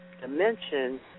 dimension